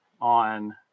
on